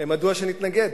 מדוע שנתנגד?